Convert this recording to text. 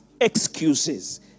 excuses